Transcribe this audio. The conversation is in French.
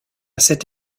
cette